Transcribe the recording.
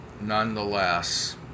nonetheless